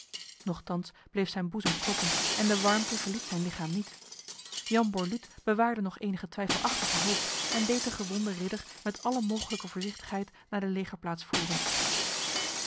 nochtans bleef zijn boezem kloppen en de warmte verliet zijn lichaam niet jan borluut bewaarde nog enige twijfelachtige hoop en deed de gewonde ridder met alle mogelijke voorzichtigheid naar de legerplaats voeren